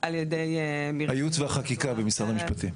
הייעוץ והחקיקה במשרד המשפטים.